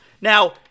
Now